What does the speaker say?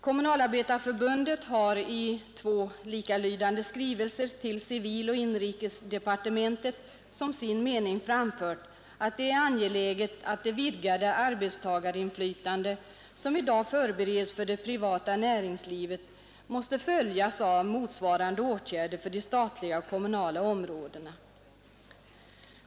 Kommunalarbetareförbundet har i två likalydande skrivelser till civiloch inrikesdepartementen som sin mening framfört att det är angeläget att det vidgade arbetstagarinflytande, som i dag förbereds för det privata näringslivet, måste följas av motsvarande åtgärder för de statliga och kommunala områdena.